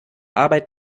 arbeit